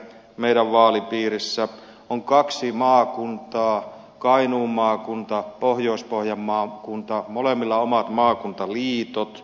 meidän vaalipiirissä on kaksi maakuntaa kainuun maakunta pohjois pohjanmaan maakunta molemmilla on omat maakuntaliitot